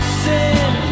sin